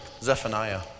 Zephaniah